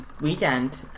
weekend